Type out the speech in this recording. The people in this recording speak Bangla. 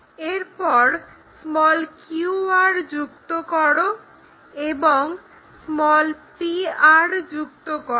এরপর qr যুক্ত করো এবং pr যুক্ত করো